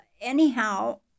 anyhow